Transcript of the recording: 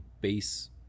base